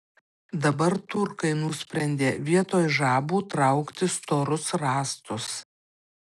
dabar turkai nusprendė vietoj žabų traukti storus rąstus